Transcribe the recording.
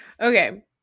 Okay